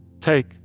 take